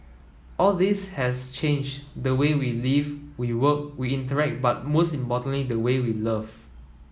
all this has changed the way we live we work we interact but most importantly the way we love